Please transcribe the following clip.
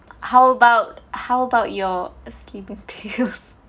how about how about your slimming pills